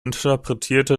interpretierte